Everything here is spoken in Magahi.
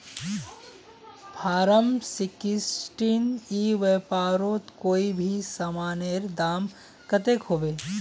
फारम सिक्सटीन ई व्यापारोत कोई भी सामानेर दाम कतेक होबे?